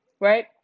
right